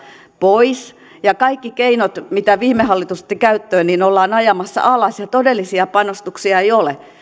pois ja kaikki keinot mitä viime hallitus otti käyttöön ollaan ajamassa alas ja todellisia panostuksia ei ole